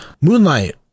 Moonlight